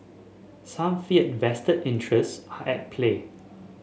some fear vested interest play